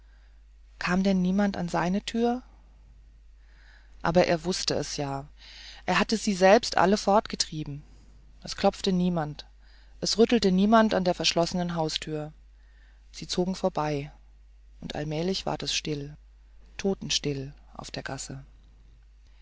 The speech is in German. kam denn niemand in seine tür aber er wußte es ja er hatte sie selber alle fortgetrieben es klopfte niemand es rüttelte niemand an der verschlossenen haustür sie zogen vorüber und allmählich war es still totenstill auf der gasse